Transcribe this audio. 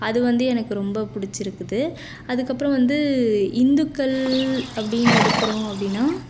அது வந்து எனக்கு ரொம்ப பிடிச்சிருக்குது அதுக்கப்புறம் வந்து இந்துக்கள் அப்படின்னு எடுக்கிறோம் அப்படின்னா